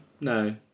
no